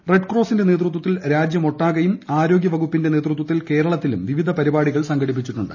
റെഡ്ക്രോസിന്റെ നേതൃത്വത്തിൽ രാജ്യമൊട്ടാകെയും ആരോഗ്യവകുപ്പിന്റെ നേതൃത്വത്തിൽ കേരളത്തിലും വിവിധ പരിപാടികൾ സംഘടിപ്പിച്ചിട്ടുണ്ട്